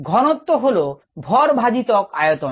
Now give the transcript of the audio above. ঘনত্ত হল ভর ভাজিতক আয়তন